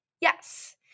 Yes